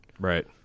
Right